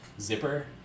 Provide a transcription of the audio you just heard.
zipper